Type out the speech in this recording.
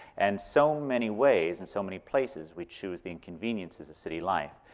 and so many ways, in so many places, we choose the inconveniences of city life.